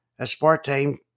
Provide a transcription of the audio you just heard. aspartame